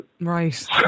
Right